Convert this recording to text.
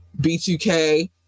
B2K